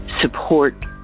support